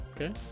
Okay